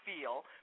feel